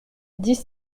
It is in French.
dix